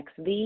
XV